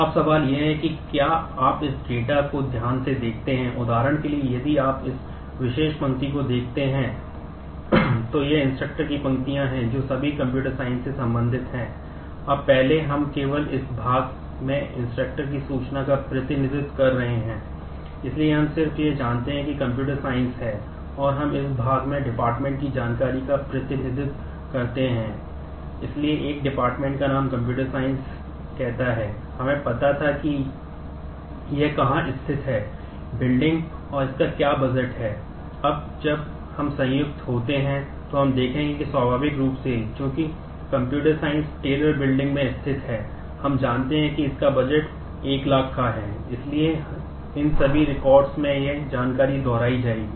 अब सवाल यह है कि क्या आप इस डेटा में यह जानकारी दोहराई जाएगी